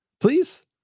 please